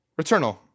Returnal